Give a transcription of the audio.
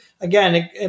again